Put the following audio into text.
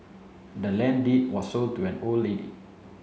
the land deed was sold to an old lady